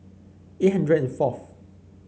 eight hundred and forth